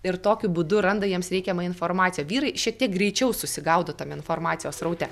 ir tokiu būdu randa jiems reikiamą informaciją vyrai šiek tiek greičiau susigaudo tam informacijos sraute